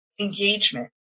engagement